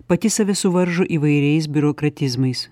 pati save suvaržo įvairiais biurokratizmais